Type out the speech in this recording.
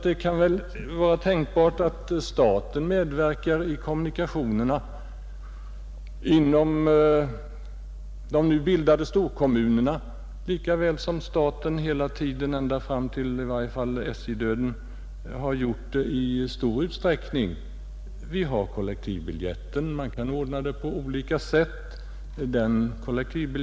Det kan väl vara tänkbart att staten medverkar i kommunikationerna inom de nu bildade storkommunerna på samma sätt som staten i stor utsträckning gjort i varje fall fram till dess att SJ-döden satte in. Vi har kollektivbiljetten, och det kan ordnas på olika sätt.